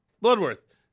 Bloodworth